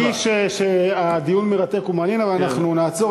אני מרגיש שהדיון מרתק ומעניין, אבל אנחנו נעצור.